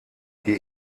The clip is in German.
die